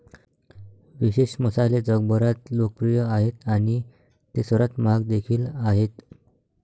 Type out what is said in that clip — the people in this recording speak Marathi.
विशेष मसाले जगभरात लोकप्रिय आहेत आणि ते सर्वात महाग देखील आहेत